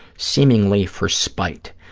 seemingly for spite.